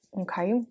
okay